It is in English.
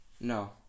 No